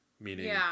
meaning